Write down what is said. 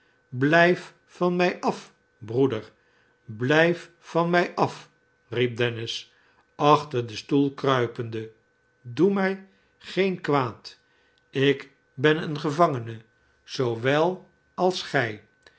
blijf van mij af broeder blijf van mij af riep dennis achter den stoel kruipende doe mij geen kwaad ik ben een gevangene zoowel als gij